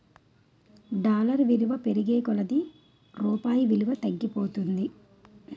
dollar విలువ పెరిగే కొలది రూపాయి విలువ తగ్గిపోతుంది